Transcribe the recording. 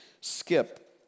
skip